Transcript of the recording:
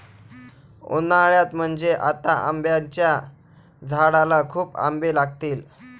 उन्हाळ्यात म्हणजे आता आंब्याच्या झाडाला खूप आंबे लागतील